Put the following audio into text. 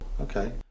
Okay